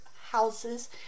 houses